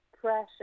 pressure